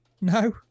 No